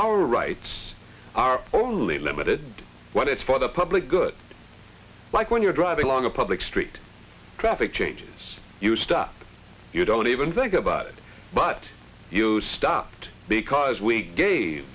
our rights are only limited to what is for the public good like when you're driving along a public street traffic changes you stop you don't even think about it but you stopped because we ga